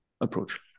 approach